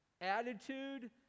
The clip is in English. attitude